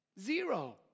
zero